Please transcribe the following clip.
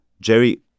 Jerry